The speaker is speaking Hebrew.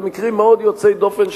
במקרים מאוד יוצאי דופן,